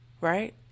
Right